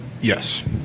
Yes